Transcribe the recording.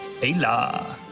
Ayla